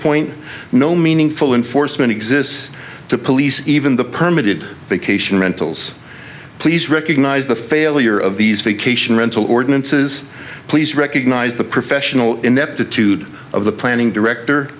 point no meaningful in forstmann exists to police even the permit it vacation rentals please recognize the failure of these vacation rental ordinances please recognize the professional ineptitude of the planning director